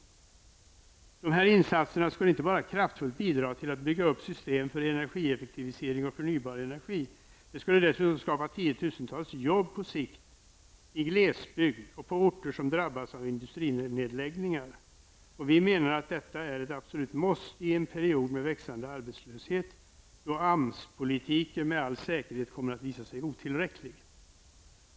Dessa insatser skulle inte bara kraftfullt bidra till att bygga upp system för energieffektivisering och förnybar energi. De skulle dessutom skapa tiotusentals jobb på sikt i glesbygd och på orter som drabbas av industrinedläggningar. Vi menar att detta är ett absolut måste i en period med växande arbetslöshet, då AMS-politiken med all säkerhet kommer att visa sig otillräcklig.